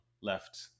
left